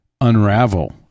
unravel